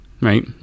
right